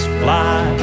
fly